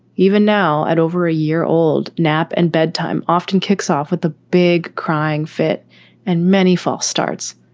even now, at over a year old, nap and bedtime often kicks off with the big crying fit and many false starts.